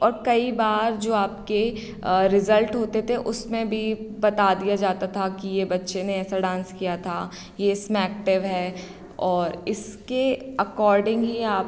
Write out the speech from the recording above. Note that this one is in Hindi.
और कई बार जो आपके रिजल्ट होते थे उसमें भी बता दिया जाता था कि यह बच्चे ने ऐसा डांस किया था यह इसमें एक्टिव है और इसके अकॉर्डिंग ही आप